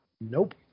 Nope